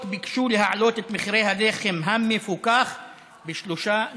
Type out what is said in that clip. ביקשו להעלות את מחירי הלחם המפוקח ב-3.4%.